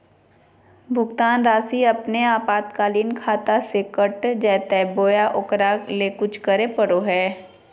भुक्तान रासि अपने आपातकालीन खाता से कट जैतैय बोया ओकरा ले कुछ करे परो है?